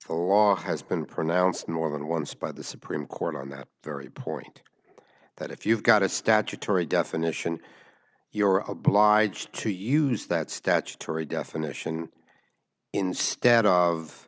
the law has been pronounced northern once by the supreme court on that very point that if you've got a statutory definition you're obliged to use that statutory definition instead of